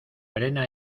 frena